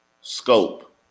scope